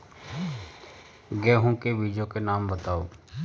गेहूँ के बीजों के नाम बताओ?